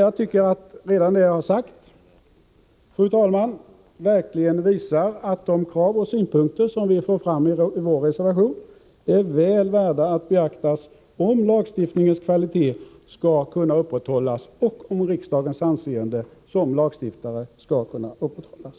Jag tycker att redan det jag har sagt, fru talman, verkligen visar att de krav och synpunkter som vi för fram i vår reservation är väl värda att beaktas om lagstiftningens kvalitet och riksdagens anseende som lagstiftare skall kunna upprätthållas.